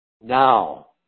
now